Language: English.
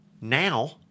now